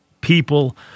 people